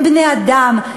הם בני-אדם,